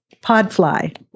Podfly